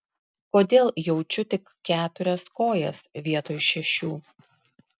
kodėl jaučiu tik keturias kojas vietoj šešių